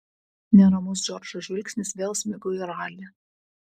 neramus džordžo žvilgsnis vėl smigo į ralį